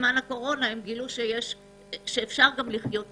בתקופת הקורונה אז הם גילו שאפשר גם לחיות אחרת.